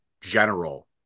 general